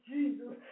Jesus